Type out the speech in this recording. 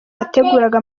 yateguraga